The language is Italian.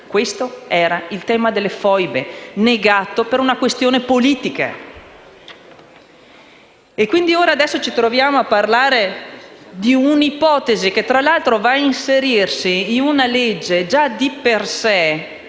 questo era il tema delle foibe, negato per una questione politica. Ora ci troviamo a parlare di un'ipotesi che, tra l'altro, va a inserirsi in una legge già di per sé